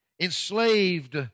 enslaved